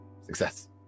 Success